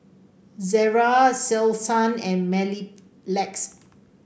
Ezerra Selsun and Mepilex